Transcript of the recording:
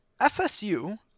FSU –